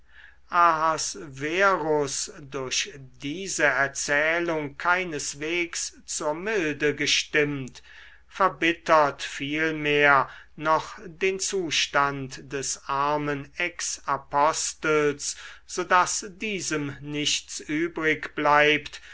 durch diese erzählung keineswegs zur milde gestimmt verbittert vielmehr noch den zustand des armen exapostels so daß diesem nichts übrig bleibt